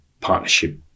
partnership